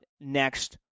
next